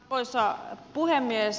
arvoisa puhemies